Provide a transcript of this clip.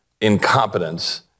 incompetence